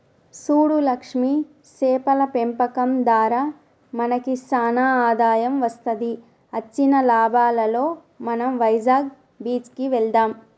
సూడు లక్ష్మి సేపల పెంపకం దారా మనకి సానా ఆదాయం వస్తది అచ్చిన లాభాలలో మనం వైజాగ్ బీచ్ కి వెళ్దాం